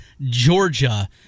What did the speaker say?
Georgia